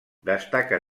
destaca